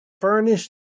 furnished